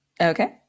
Okay